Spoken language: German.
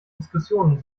diskussionen